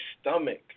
stomach